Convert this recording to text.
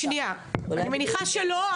אני מניחה שלא.